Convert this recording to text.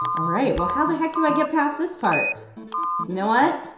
alright, well how the heck do i get past this part? you know what,